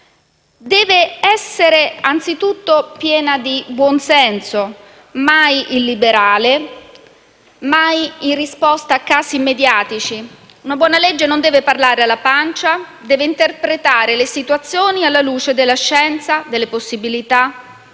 deve essere in primo luogo piena di buon senso, mai illiberale, mai in risposta a casi mediatici. Una buona legge non deve parlare alla pancia, deve interpretare le situazioni alla luce della scienza, delle possibilità,